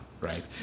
right